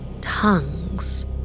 Tongues